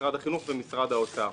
משרד החינוך ומשרד האוצר.